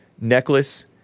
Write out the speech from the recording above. Necklace